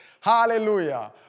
Hallelujah